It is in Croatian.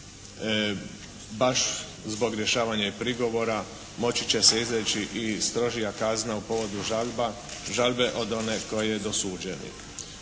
baš zbog rješavanja i prigovora moći će se izreći i strožija kazna u povodu žalbe od one koja je dosuđena.